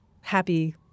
happy